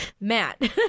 Matt